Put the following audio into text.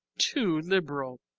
too liberal.